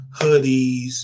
hoodies